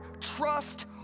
trust